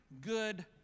good